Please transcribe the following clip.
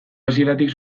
hasieratik